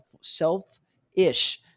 selfish